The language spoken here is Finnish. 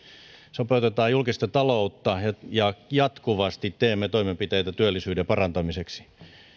sopeutamme julkista taloutta ja jatkuvasti teemme toimenpiteitä työllisyyden parantamiseksi